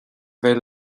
bheith